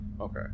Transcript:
okay